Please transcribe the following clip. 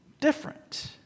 different